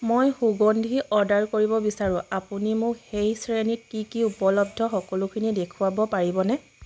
মই সুগন্ধি অৰ্ডাৰ কৰিব বিচাৰোঁ আপুনি মোক সেই শ্ৰেণীত কি কি উপলব্ধ সকলোখিনি দেখুৱাব পাৰিবনে